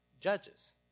judges